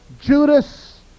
Judas